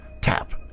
tap